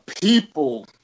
people